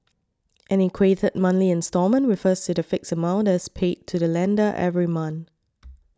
an equated monthly instalment refers to the fixed amount that is paid to the lender every month